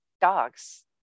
dogs